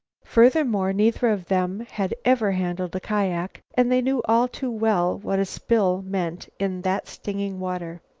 furthermore, neither of them had ever handled a kiak and they knew all too well what a spill meant in that stinging water.